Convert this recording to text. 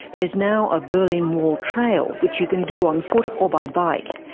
there's now a berlin wall trail which you can do on foot or by bike.